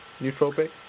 nootropic